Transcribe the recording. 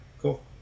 cool